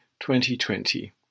2020